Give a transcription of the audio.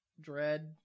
Dread